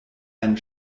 einen